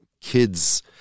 kids